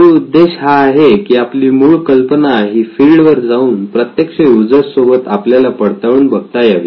मूळ उद्देश हा आहे की आपली मूळ कल्पना ही फिल्ड वर जाऊन प्रत्यक्ष यूजर्स सोबत आपल्याला पडताळून बघता यावी